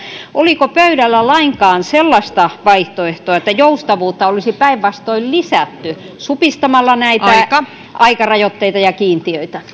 oliko pöydällä lainkaan sellaista vaihtoehtoa että joustavuutta olisi päinvastoin lisätty supistamalla näitä aikarajoitteita ja kiintiöitä